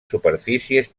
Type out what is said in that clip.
superfícies